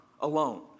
alone